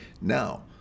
Now